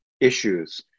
issues